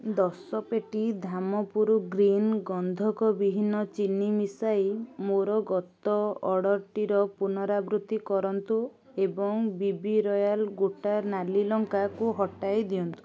ଦଶ ପେଟି ଧାମପୁର ଗ୍ରୀନ ଗନ୍ଧକ ବିହୀନ ଚିନି ମିଶାଇ ମୋର ଗତ ଅର୍ଡ଼ର୍ଟିର ପୁନରାବୃତ୍ତି କରନ୍ତୁ ଏବଂ ବି ବି ରୟାଲ୍ ଗୋଟା ନାଲି ଲଙ୍କାକୁ ହଟାଇ ଦିଅନ୍ତୁ